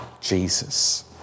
Jesus